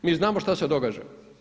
Mi znamo šta se događa.